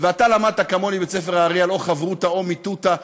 ואתה למדת כמוני את ספר האר"י על או חברותא או מיתותא,